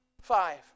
Five